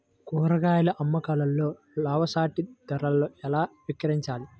కూరగాయాల అమ్మకంలో లాభసాటి ధరలలో ఎలా విక్రయించాలి?